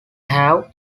have